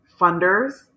funders